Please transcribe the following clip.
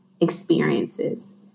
experiences